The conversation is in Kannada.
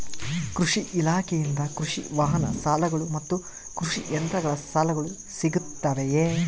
ಕೃಷಿ ಇಲಾಖೆಯಿಂದ ಕೃಷಿ ವಾಹನ ಸಾಲಗಳು ಮತ್ತು ಕೃಷಿ ಯಂತ್ರಗಳ ಸಾಲಗಳು ಸಿಗುತ್ತವೆಯೆ?